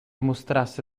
mostrasse